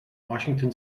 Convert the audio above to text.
washington